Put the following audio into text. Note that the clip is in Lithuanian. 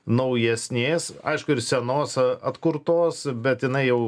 naujesnės aišku ir senose atkurtos bet jinai jau